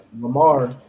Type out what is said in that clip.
Lamar